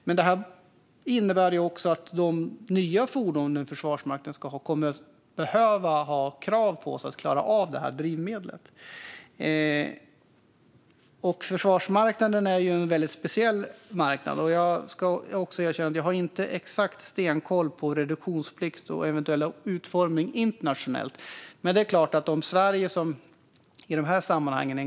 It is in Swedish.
Men det innebär också att Försvarsmaktens nya fordon kommer att behöva klara av att drivas med det här drivmedlet. Försvarsmarknaden är en speciell marknad. Jag ska erkänna att jag inte har exakt koll på reduktionsplikt och eventuella utformningar internationellt. Men Sverige är en ganska liten aktör i de här sammanhangen.